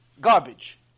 garbage